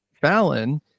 fallon